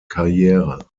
karriere